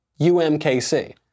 UMKC